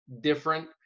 different